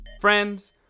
Friends